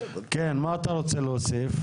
מה אתה רוצה להוסיף?